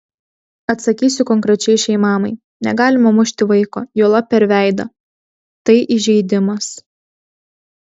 atsakysiu konkrečiai šiai mamai negalima mušti vaiko juolab per veidą tai įžeidimas